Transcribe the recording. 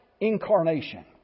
Incarnation